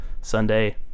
Sunday